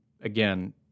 again